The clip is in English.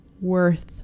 worth